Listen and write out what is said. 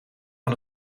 van